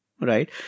right